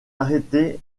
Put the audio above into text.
arrêtée